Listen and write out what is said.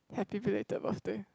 happy belated birthday